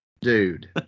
dude